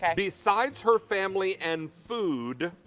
and besides her family and food,